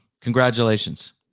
Congratulations